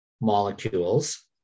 molecules